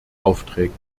aufträgen